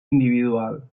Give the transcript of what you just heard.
individual